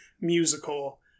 musical